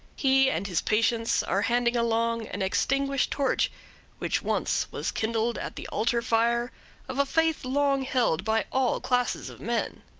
he and his patients are handing along an extinguished torch which once was kindled at the altar-fire of a faith long held by all classes of men.